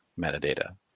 metadata